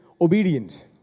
obedience